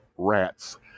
rats